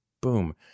boom